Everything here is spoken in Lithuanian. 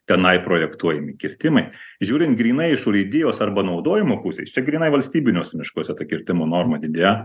tenai projektuojami kirtimai žiūrint grynai iš urėdijos arba naudojimo pusės čia grynai valstybiniuose miškuose ta kirtimo norma didėja